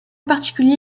particulier